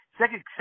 second